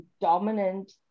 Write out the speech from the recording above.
dominant